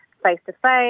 face-to-face